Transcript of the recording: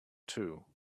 too